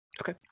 Okay